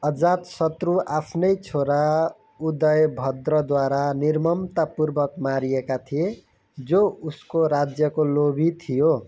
अजातशत्रु आफ्नै छोरा उदयभद्रद्वारा निर्ममतापूर्वक मारिका थिए जो उसको राज्यको लोभी थियो